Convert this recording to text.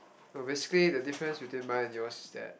no basically the difference between mine and yours is that